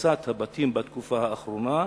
הריסת הבתים בתקופה האחרונה,